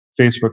Facebook